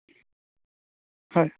হয়